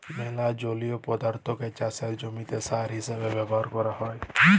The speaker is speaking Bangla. ম্যালা জলীয় পদাথ্থকে চাষের জমিতে সার হিসেবে ব্যাভার ক্যরা হ্যয়